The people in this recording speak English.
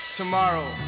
tomorrow